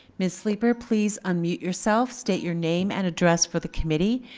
ms. sleeper, please unmute yourself, state your name and address for the committee.